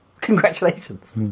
Congratulations